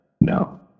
No